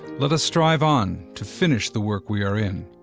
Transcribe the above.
let us strive on to finish the work we are in,